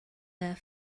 there